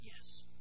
Yes